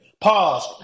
pause